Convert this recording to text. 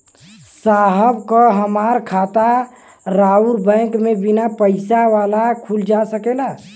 साहब का हमार खाता राऊर बैंक में बीना पैसा वाला खुल जा सकेला?